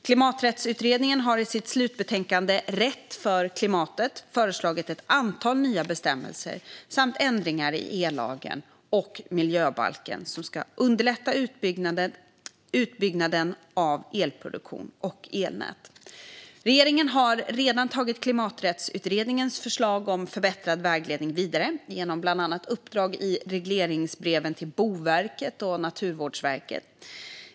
Klimaträttsutredningen har i sitt slutbetänkande Rätt för klimatet föreslagit ett antal nya bestämmelser samt ändringar i ellagen och miljöbalken som ska underlätta utbyggnaden av elproduktion och elnät. Regeringen har redan tagit Klimaträttsutredningens förslag om förbättrad vägledning vidare, bland annat genom uppdrag i regleringsbreven till Boverket och Naturvårdsverket.